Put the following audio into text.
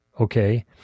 okay